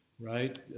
right